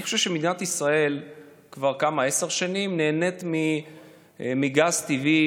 אני חושב שמדינת ישראל כבר עשר שנים נהנית מגז טבעי,